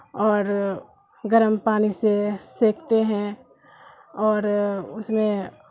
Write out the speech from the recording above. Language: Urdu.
اور گرم پانی سے سینکتے ہیں اور اس میں